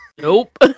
nope